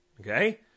Okay